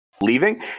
leaving